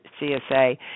CSA